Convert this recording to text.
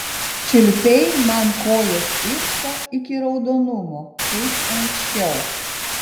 čiulpei man kojos pirštą iki raudonumo kaip anksčiau